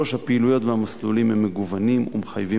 3. הפעילויות והמסלולים מגוונים ומחייבים